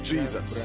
Jesus